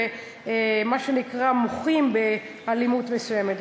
ומה שנקרא מוחים באלימות מסוימת.